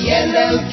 Yellow